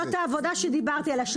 זאת העבודה שדיברתי עליה,